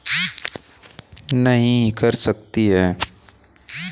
क्या मेरी मशीन को ख़रीदने के लिए जन धन योजना सहायता कर सकती है?